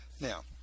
now